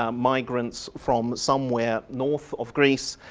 um migrants from somewhere north of greece,